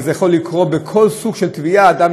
אבל זה יכול לקרות בכל סוג של תביעה: אדם,